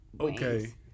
Okay